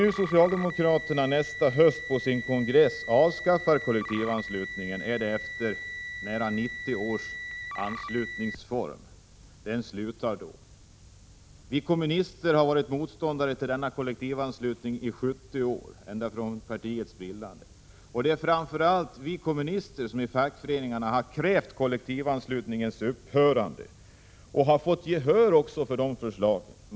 När socialdemokraterna nästa höst på sin kongress avskaffar kollektivanslutningen är den nära 90-åriga anslutningsformen till ända. Vi kommunister har varit motståndare till denna kollektivanslutning under 70 år, ända sedan partiet bildades. Det är framför allt vi kommunister som i fackföreningarna har krävt kollektivanslutningens upphörande, och vi har även fått gehör för dessa förslag.